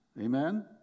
Amen